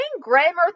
grammar